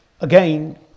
again